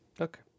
Okay